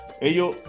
Ellos